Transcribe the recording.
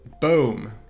Boom